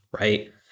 right